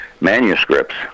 manuscripts